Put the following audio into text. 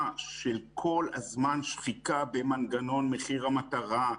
של כל הזמן שחיקה במנגנון מחיר המטרה,